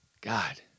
God